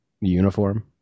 uniform